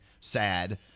sad